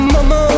Mama